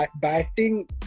batting